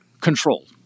control